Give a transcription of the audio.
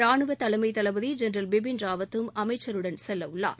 ராணுவ தலைமை தளபதி ஜென்ரல் பிபின் ராவத்தும் அமைச்சருடன் செல்லவுள்ளார்